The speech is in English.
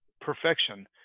perfection